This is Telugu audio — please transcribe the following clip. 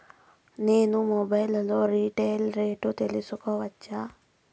నేను మొబైల్ లో రీటైల్ రేట్లు తెలుసుకోవచ్చా?